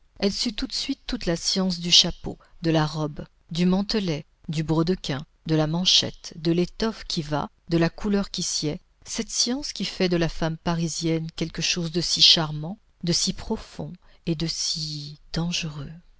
elle sut tout de suite toute la science du chapeau de la robe du mantelet du brodequin de la manchette de l'étoffe qui va de la couleur qui sied cette science qui fait de la femme parisienne quelque chose de si charmant de si profond et de si dangereux